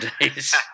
days